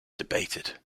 debated